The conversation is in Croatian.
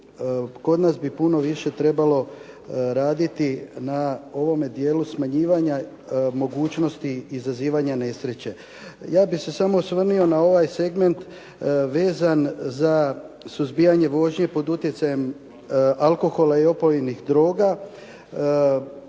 kod nas bi puno više trebalo raditi na ovome dijelu smanjivanja mogućnosti izazivanja nesreće. Ja bih se samo osvrnuo na ovaj segment vezan za suzbijanje vožnje pod utjecajem alkohola i opojnih droga.